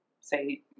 say